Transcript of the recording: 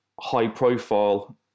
high-profile